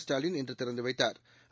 ஸ்டாலின் இன்று திறந்து வைத்தாா்